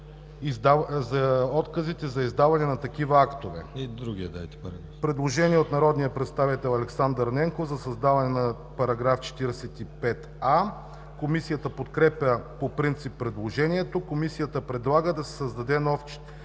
и отказите за издаване на такива актове.“ Предложение от народния представител Александър Ненков за създаване на § 45а. Комисията подкрепя по принцип предложението. Комисията предлага да се създаде нов